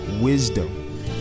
wisdom